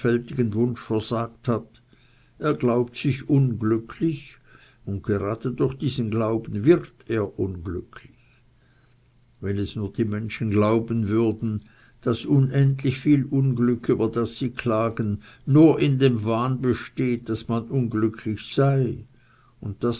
wunsch versagt hat er glaubt sich unglücklich und gerade durch diesen glauben wird er unglücklich wenn es nur die menschen glauben würden daß unendlich viel unglück über das sie klagen nur in dem wahn besteht daß man unglücklich sei und daß